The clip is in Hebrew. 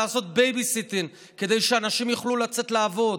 לעשות בייביסיטינג כדי שאנשים יוכלו לצאת לעבוד.